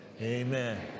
amen